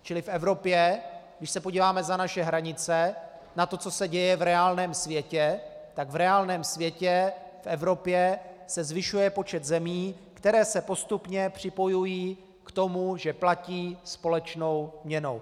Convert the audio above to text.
Čili v Evropě, když se podíváme za naše hranice na to, co se děje v reálném světě, tak v reálném světě v Evropě se zvyšuje počet zemí, které se postupně připojují k tomu, že platí společnou měnou.